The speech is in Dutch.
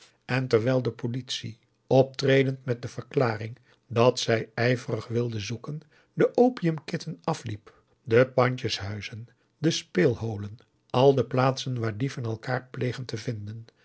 en terwijl de politie optredend met de verklaring dat zij ijverig wilde zoeken de opiumkitten afliep de pandjeshuizen de speelholen al de plaatsen waar dieven elkaar plegen te vinden